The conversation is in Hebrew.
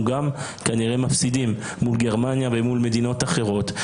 אנחנו גם כנראה מפסידים מול גרמניה ומול מדינות אחרות.